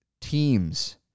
teams